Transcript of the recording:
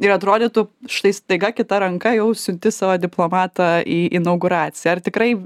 ir atrodytų štai staiga kita ranka jau siunti savo diplomatą į inauguraciją ar tikrai